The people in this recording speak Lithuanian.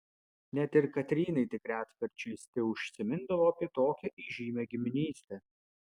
net ir katrynai tik retkarčiais teužsimindavo apie tokią įžymią giminystę